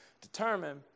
determine